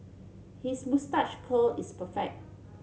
his moustache curl is perfect